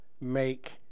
make